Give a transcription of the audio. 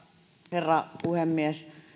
herra puhemies